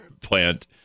plant